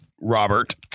Robert